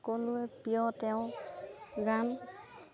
সকলোৱে প্ৰিয় তেওঁ গান